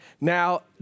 now